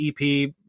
EP